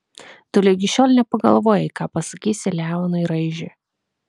tu ligi šiol nepagalvojai ką pasakysi leonui raižiui